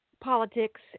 politics